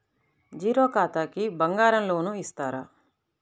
Zero ఖాతాకి బంగారం loan ఇస్తారా?